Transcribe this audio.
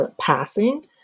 passing